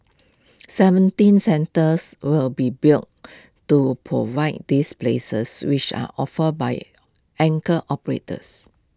seventeen centres will be built to provide these places which are offered by anchor operators